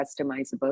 customizable